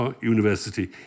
University